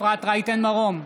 אפרת רייטן מרום,